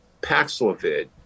Paxlovid